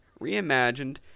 reimagined